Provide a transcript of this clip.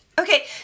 Okay